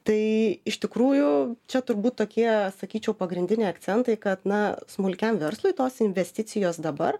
tai iš tikrųjų čia turbūt tokie sakyčiau pagrindiniai akcentai kad na smulkiam verslui tos investicijos dabar